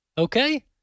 Okay